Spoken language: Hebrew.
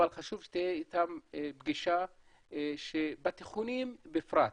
אבל חשוב שתהיה איתם פגישה שבתיכונים בפרט,